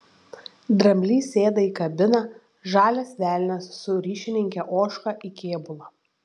dramblys sėda į kabiną žalias velnias su ryšininke ožka į kėbulą